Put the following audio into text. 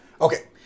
Okay